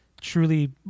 truly